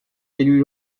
d’élu